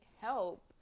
help